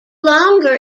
longer